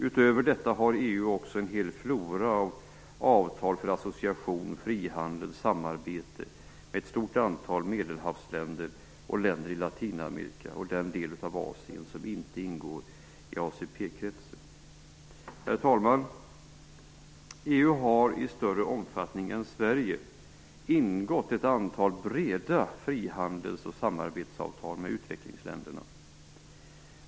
Utöver detta har EU en hel flora av avtal för association, frihandel och samarbete med ett stort antal medelhavsländer och länder i Latinamerika och den del av Asien som inte ingår i ACP Herr talman! EU har i större omfattning än Sverige ingått ett antal breda frihandels och samarbetsavtal med utvecklingsländerna.